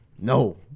no